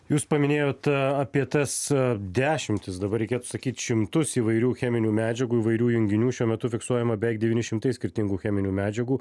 jūs paminėjot apie tas dešimtis dabar reikėtų sakyt šimtus įvairių cheminių medžiagų įvairių junginių šiuo metu fiksuojama beveik devyni šimtai skirtingų cheminių medžiagų